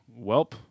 Welp